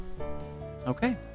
Okay